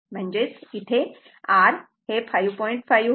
म्हणजेच इथे r 5